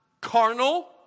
carnal